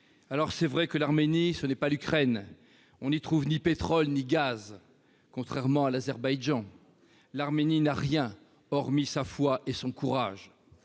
nôtres. C'est vrai que l'Arménie, ce n'est pas l'Ukraine, et qu'on n'y trouve ni pétrole ni gaz, contrairement à l'Azerbaïdjan. L'Arménie n'a rien, hormis sa foi et son courage.